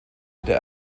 der